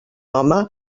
home